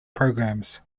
programmes